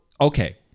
okay